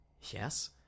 Yes